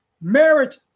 marriage